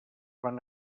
van